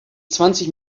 zwanzig